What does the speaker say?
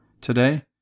today